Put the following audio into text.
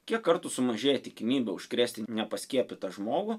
kiek kartų sumažėja tikimybė užkrėsti nepaskiepytą žmogų